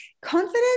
confidence